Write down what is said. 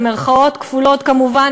במירכאות כפולות כמובן,